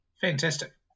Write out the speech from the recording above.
Fantastic